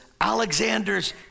Alexander's